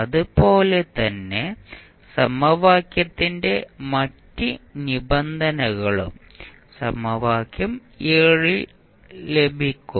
അതുപോലെ തന്നെ സമവാക്യത്തിന്റെ മറ്റ് നിബന്ധനകളും സമവാക്യം ൽ ലഭിക്കും